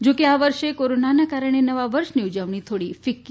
જો કે આ વર્ષે કોરોનાના કારણે નવા વર્ષ ઉજવણી થોડી ફીક્કી રહેશે